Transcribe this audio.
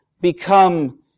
become